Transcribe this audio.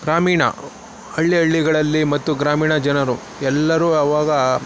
ಗ್ರಾಮೀಣ ಹಳ್ಳಿ ಹಳ್ಳಿಗಳಲ್ಲಿ ಮತ್ತು ಗ್ರಾಮೀಣ ಜನರು ಎಲ್ಲರೂ ಆವಾಗ